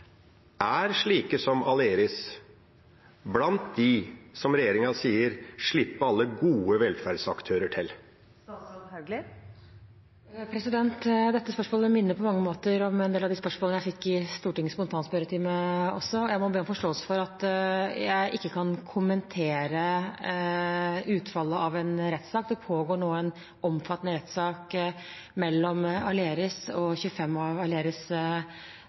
Er slike som Aleris blant dem når regjeringa sier slippe alle «gode» velferdsaktører til? Dette spørsmålet minner på mange måter om en del av de spørsmålene jeg fikk i Stortingets spontantspørretime også. Jeg må be om forståelse for at jeg ikke kan kommentere utfallet av en rettssak. Det pågår nå en omfattende rettssak mellom Aleris og 25 av Aleris’